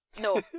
no